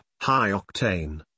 high-octane